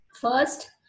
First